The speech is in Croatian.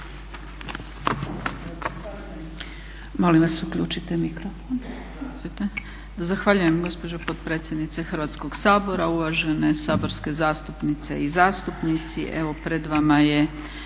Zahvaljujem gospođo potpredsjednice Hrvatskog sabora. Uvažene saborske zastupnice i zastupnici.